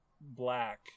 black